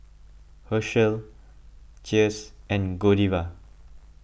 Herschel Cheers and Godiva